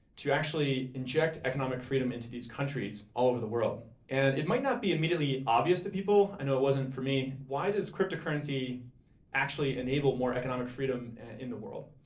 to actually inject economic freedom into these countries all over the world. and it might not be immediately obvious to people, i know it wasn't for me. why does cryptocurrency actually enable more economic freedom in the world?